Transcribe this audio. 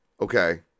Okay